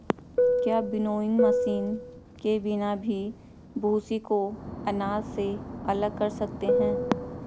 क्या winnowing machine के बिना भी भूसी को अनाज से अलग कर सकते हैं?